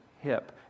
hip